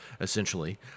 essentially